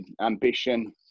ambition